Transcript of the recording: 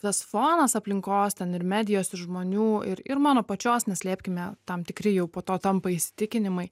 tas fonas aplinkos ten ir medijos ir žmonių ir ir mano pačios neslėpkime tam tikri jau po to tampa įsitikinimai